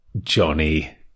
Johnny